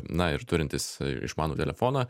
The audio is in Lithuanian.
na ir turintis išmanų telefoną